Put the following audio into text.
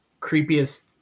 creepiest